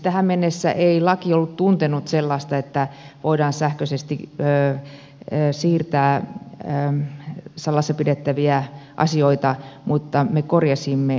tähän mennessä ei laki ollut tuntenut sellaista että voidaan sähköisesti siirtää salassapidettäviä asioita mutta me korjasimme senkin